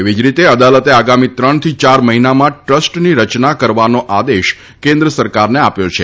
એવી જ રીતે અદાલતે આગામી ત્રણથી ચાર મહિનામાં ટ્રસ્ટની રચના કરવાનો આદેશ કેન્દ્ર સરકારને આપ્યો છે